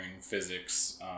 physics